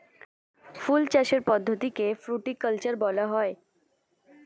ফল চাষের পদ্ধতিকে ফ্রুটিকালচার বলা হয়